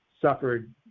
suffered